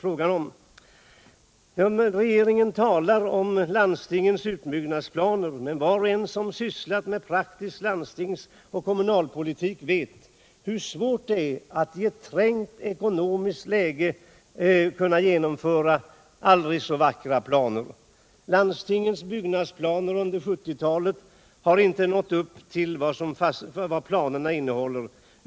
Regeringen talar om landstingens utbyggnadsplaner. Men var och en som sysslat med praktisk landstingsoch kommunalpolitik vet hur svårt det är att i ett trängt ekonomiskt läge genomföra aldrig så vackra planer. Landstingets byggande under 1970-talet har inte nått upp till vad som fastställdes i planerna.